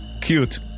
Cute